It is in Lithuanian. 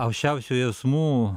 aukščiausių jausmų